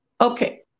Okay